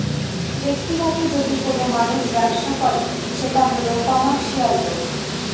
ব্যাক্তিগত যদি কোনো মানুষ ব্যবসা করে সেটা হল কমার্সিয়াল লোন